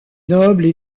nobles